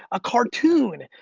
a cartoon,